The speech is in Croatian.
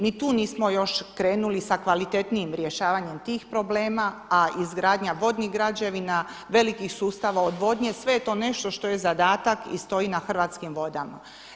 Ni tu nismo još krenuli s kvalitetnijim rješavanjem tih problema, a izgradnja vodnih građevina, velikih sustava odvodnje, sve je to nešto što je zadatak i stoji na Hrvatskim vodama.